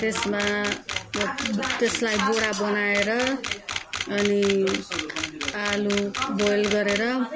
त्यसमा त्यसलाई बोडा बनाएर अनि आलु बोइल गरेर